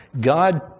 God